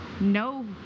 No